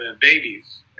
babies